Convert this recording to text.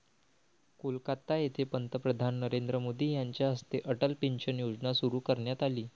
कोलकाता येथे पंतप्रधान नरेंद्र मोदी यांच्या हस्ते अटल पेन्शन योजना सुरू करण्यात आली